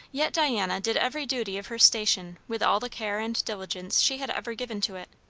yet diana did every duty of her station with all the care and diligence she had ever given to it.